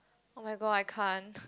oh-my-god I can't